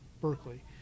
Berkeley